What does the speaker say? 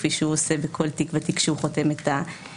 כפי שהוא עושה בכל תיק ותיק כשהוא חותם על הצו,